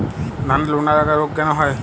ধানের লোনা লাগা রোগ কেন হয়?